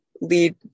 lead